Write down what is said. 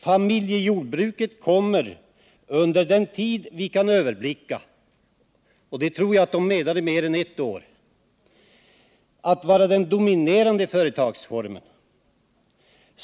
Familjejordbruket kommer under den tid vi kan överblicka” — och jag tror att reservanterna menade mer än ett år — ”att vara den dominerande företagsformen.